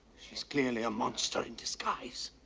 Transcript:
she's clearly a monster in disguise.